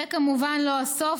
זה כמובן לא הסוף,